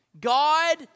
God